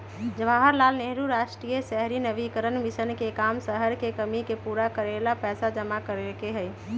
जवाहर लाल नेहरू राष्ट्रीय शहरी नवीकरण मिशन के काम शहर के कमी के पूरा करे ला पैसा जमा करे के हई